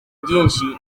byinshi